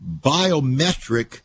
biometric